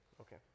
Okay